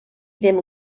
ddim